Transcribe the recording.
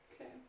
Okay